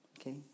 Okay